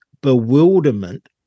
bewilderment